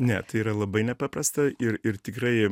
ne tai yra labai nepaprasta ir ir tikrai